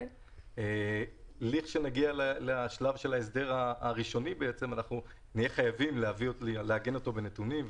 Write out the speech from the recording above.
לכשנגיע לשלב של ההסדר הראשוני נהיה חייבים לעגן אותו בנתונים,